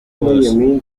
bose